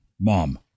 Mom